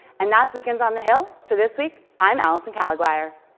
and that's weekends on the hill for this week. i'm alison caliguire.